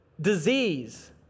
disease